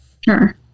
Sure